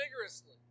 vigorously